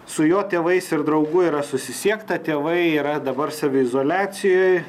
su jo tėvais ir draugu yra susisiekta tėvai yra dabar saviizoliacijoj